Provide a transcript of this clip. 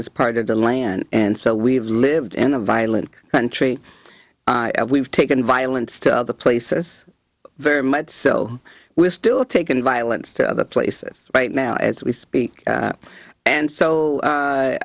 is part of the land and so we've lived in a violent country we've taken violence to other places very much so we're still taken violence to other places right now as we speak and so